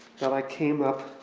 that i came up